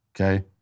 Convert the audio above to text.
okay